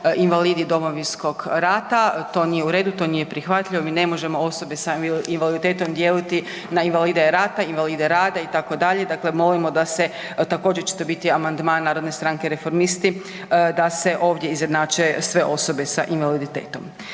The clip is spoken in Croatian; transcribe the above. invalidi Domovinskog rata, to nije u redu, to nije prihvatljivo. Mi ne možemo osobe s invaliditetom dijeliti na invalide rata, invalide rada itd., dakle molimo da se također će to biti amandman Narodne stranke reformisti, da se ovdje izjednače sve osobe s invaliditetom.